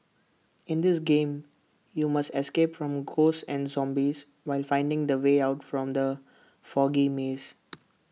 in this game you must escape from ghosts and zombies while finding the way out from the foggy maze